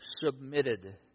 Submitted